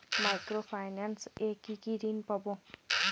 Micro finance এ কি কি ঋণ পাবো?